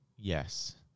Yes